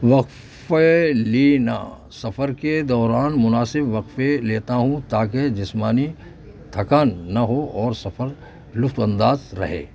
وقفے لینا سفر کے دوران مناسب وقفے لیتا ہوں تاکہ جسمانی تھکان نہ ہو اور سفر لطف انداز رہے